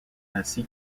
ainsi